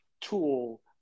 tool